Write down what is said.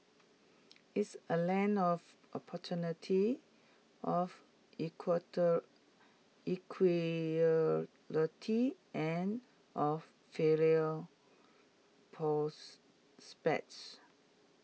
it's A land of opportunity of and of failure